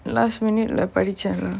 last minute leh படிச்ச:padicha leh